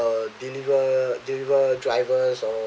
uh deliver deliver drivers or